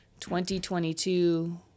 2022